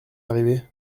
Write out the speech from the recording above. arrivé